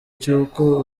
cy’uko